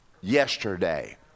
yesterday